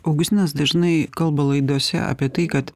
augustinas dažnai kalba laidose apie tai kad